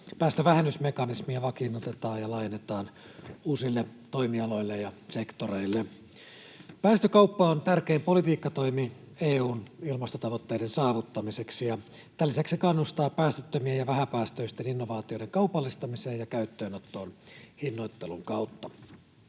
päästövähennysmekanismia vakiinnutetaan ja laajennetaan uusille toimialoille ja sektoreille. Päästökauppa on tärkein politiikkatoimi EU:n ilmastotavoitteiden saavuttamiseksi. Tämän lisäksi se kannustaa päästöttömien ja vähäpäästöisten innovaatioiden kaupallistamiseen ja käyttöönottoon hinnoittelun kautta.